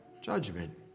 judgment